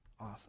Awesome